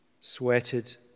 sweated